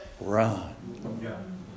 run